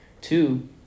two